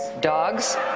dogs